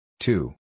Two